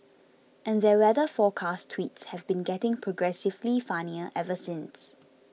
and their weather forecast tweets have been getting progressively funnier ever since